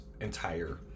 entire